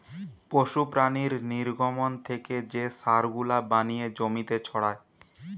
পশু প্রাণীর নির্গমন থেকে যে সার গুলা বানিয়ে জমিতে ছড়ায়